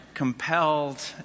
compelled